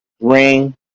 ring